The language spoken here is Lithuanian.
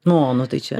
no nu tai čia